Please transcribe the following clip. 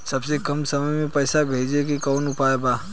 सबसे कम समय मे पैसा भेजे के कौन उपाय बा?